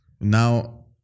Now